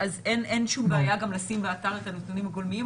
אז אין שום בעיה גם לשים באתר את הנתונים הגולמיים,